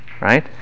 Right